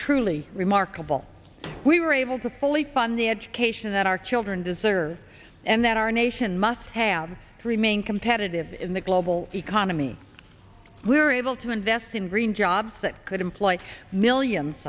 truly remarkable we were able to fully fund the education that our children deserve and that our nation must have to remain competitive in the global economy we're able to invest in green jobs that could employ millions